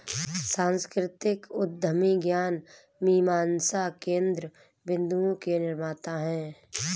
सांस्कृतिक उद्यमी ज्ञान मीमांसा केन्द्र बिन्दुओं के निर्माता हैं